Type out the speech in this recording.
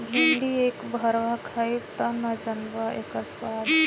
भिन्डी एक भरवा खइब तब न जनबअ इकर स्वाद